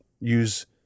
use